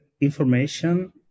information